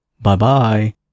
Bye-bye